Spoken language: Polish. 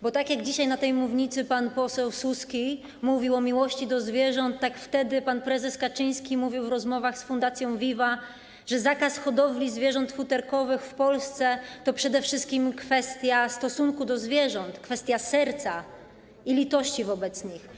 Bo tak jak dzisiaj na tej mównicy pan poseł Suski mówił o miłości do zwierząt, tak wtedy pan prezes Kaczyński mówił w rozmowach z fundacją Viva!, że zakaz hodowli zwierząt futerkowych w Polsce to przede wszystkim kwestia stosunku do zwierząt, kwestia serca i litości wobec nich.